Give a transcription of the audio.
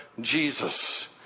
Jesus